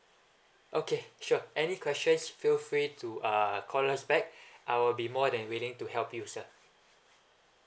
okay sure any questions feel free to uh call us back I'll be more than willing to help you sir